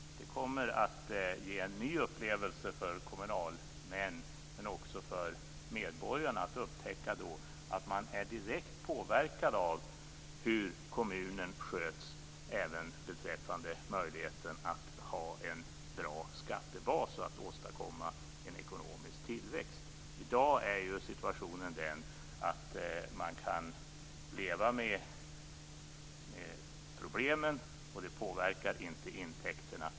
Det kommer att ge en ny upplevelse för kommunalmän, men också för medborgarna, att upptäcka att man är direkt påverkad av hur kommunen sköts även beträffande möjligheten att ha en bra skattebas och att åstadkomma en ekonomisk tillväxt. I dag kan man leva med problemen, och de påverkar inte intäkterna.